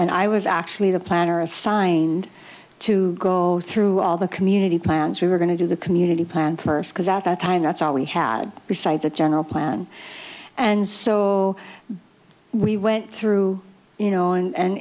and i was actually the planner assigned to go through all the community plans we were going to do the community plan first because at that time that's all we had beside the general plan and so we went through you know and